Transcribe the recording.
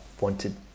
wanted